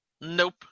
Nope